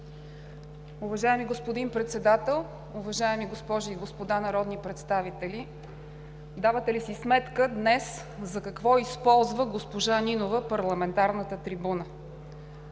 Уважаеми господин Председател, уважаеми госпожи и господа народни представители! Давате ли си сметка днес за какво използва госпожа Нинова парламентарната трибуна?